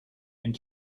and